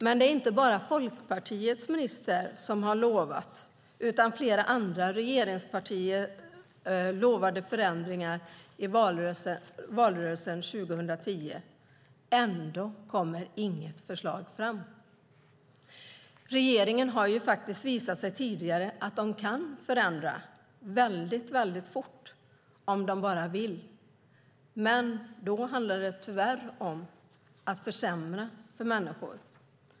Men det är inte bara Folkpartiets minister som har lovat, utan flera andra regeringspartier lovade förändringar i valrörelsen 2010. Ändå kommer inget förslag fram. Regeringen har faktiskt visat tidigare att de kan förändra väldigt fort om de bara vill, men då handlade det tyvärr om att försämra för människor.